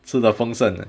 吃的丰盛的